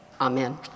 Amen